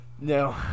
No